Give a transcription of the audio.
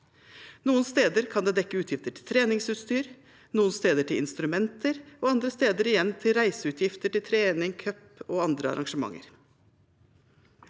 Noen steder kan det dekke utgifter til treningsutstyr, noen steder til instrumenter og andre steder igjen til reiseutgifter til trening, cup og andre arrangementer.